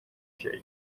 şey